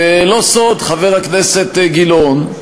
ולא סוד, חבר הכנסת גילאון,